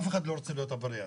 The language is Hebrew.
אף אחד לא רוצה להיות עבריין.